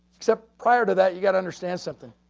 except, prior to that, you've got to understand something.